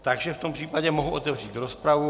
Takže v tom případě mohu otevřít rozpravu.